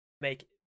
make